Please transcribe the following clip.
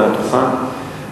מעל לדוכן.